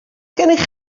gennych